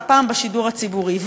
והפעם בשידור הציבורי.